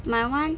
my [one]